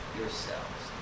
yourselves